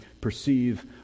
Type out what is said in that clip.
perceive